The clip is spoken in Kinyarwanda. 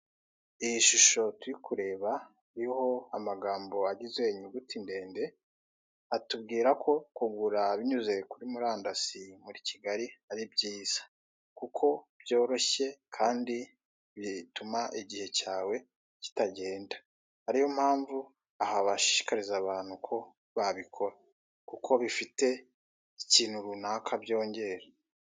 Iyi shusho turi kureba iriho amagambo agize inyuguti ndende, atubwira ko kugura binyuze kuri murandasi muri Kigali ari byiza, kuko byoroshye kandi bituma igihe kitagenda, ariyo mpamvu aha bashishikariza abantu ko babikora kuko bifite ikintu runaka byongera.